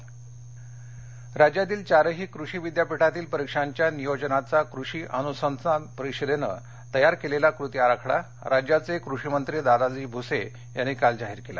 भुसे राज्यातील चारही कृषि विद्यापीठातील परीक्षांच्या नियोजनाचा कृषि अनुसंधान परिषदेने तयार केलेला कृती आराखडा राज्याचे कृषिमंत्री दादाजी भुसे यांनी काल जाहीर केला